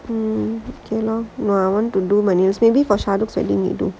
mmhmm okay lor I want to do my nails maybe for charlotte then we do